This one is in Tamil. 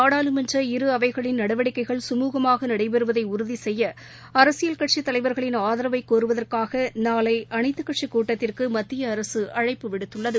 நாடாளுமன்ற இரு அவைகளின் நடவடிக்கைகள் சுழகமாகநடைபெறுவதைஉறுதிசெய்ய அரசியல் கட்சிக் தலைவர்களின் ஆதரவைகோருவதற்காகநாளைஅனைத்துக் கட்சிக் கூட்டத்திற்குமத்தியஅரசுஅழைப்பு விடுத்துள்ளது